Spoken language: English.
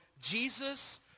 Jesus